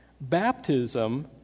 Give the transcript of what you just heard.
Baptism